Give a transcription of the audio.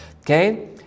Okay